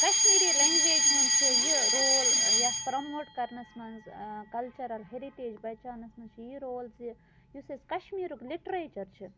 Kashmiri language ہُنٛد چھُ یہِ رول یَتھ پرٛموٹ کَرنَس منٛز کَلچَرَل ہیرِٹیج بَچاونَس منٛز چھِ یہِ رول زِ یُس اَسہِ کَشمیٖرُک لِٹریچَر چھُ